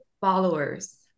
followers